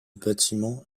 bâtiment